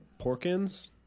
porkins